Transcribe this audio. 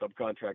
Subcontract